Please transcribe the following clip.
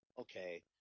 okay